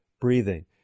breathing